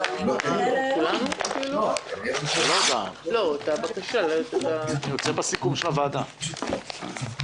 ננעלה בשעה 13:17.